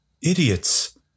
Idiots